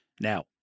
Now